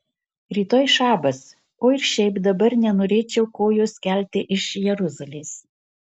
rytoj šabas o ir šiaip dabar nenorėčiau kojos kelti iš jeruzalės